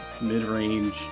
mid-range